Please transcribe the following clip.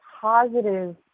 positive